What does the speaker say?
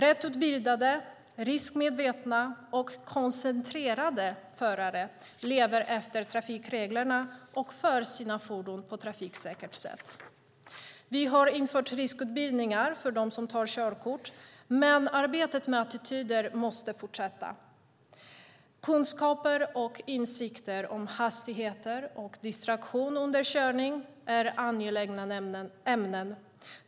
Rätt utbildade, riskmedvetna och koncentrerade förare lever efter trafikreglerna och framför sina fordon på ett trafiksäkert sätt. Vi har infört riskutbildningar för dem som tar körkort, men arbetet med attityder måste fortsätta. Kunskaper och insikter om hastigheter och distraktion under körning är angelägna ämnen.